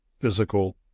physical